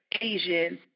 Asian